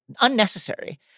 Unnecessary